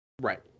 Right